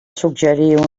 suggerir